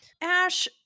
Ash